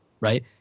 right